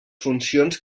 funcions